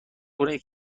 کنید